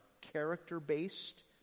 character-based